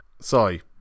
Sorry